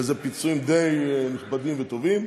ואלה פיצויים די נכבדים וטובים,